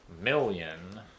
million